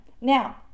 Now